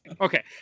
Okay